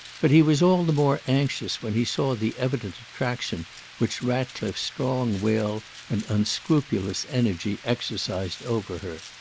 but he was all the more anxious when he saw the evident attraction which ratcliffe's strong will and unscrupulous energy exercised over her.